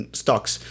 stocks